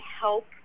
help